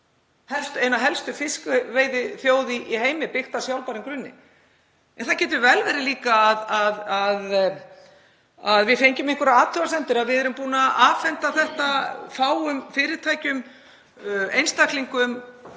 eina helstu fiskveiðiþjóð í heimi, byggt á sjálfbærum grunni? Það getur vel verið líka að við fengjum einhverjar athugasemdir. Við erum búin að afhenda fáum fyrirtækjum og einstaklingum